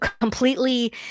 completely